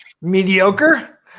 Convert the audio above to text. mediocre